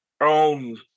own